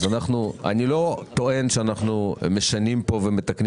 אז אני לא טוען שאנחנו משנים פה ומתקנים